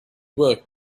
work